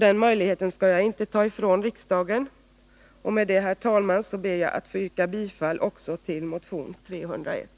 Den möjligheten skall jag inte ta ifrån riksdagen, och med det, herr talman, ber jag att få yrka bifall också till motion 301.